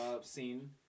scene